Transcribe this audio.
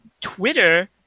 Twitter